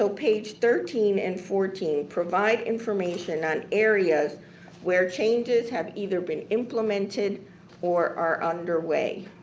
so page thirteen and fourteen provide information on areas where changes have either been implemented or are underway.